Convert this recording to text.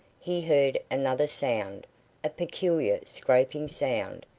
he heard another sound a peculiar scraping sound,